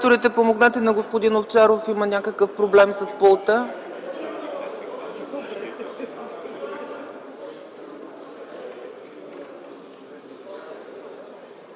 квесторите, помогнете на господин Овчаров, има някакъв проблем с пулта.